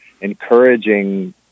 encouraging